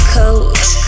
coach